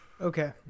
Okay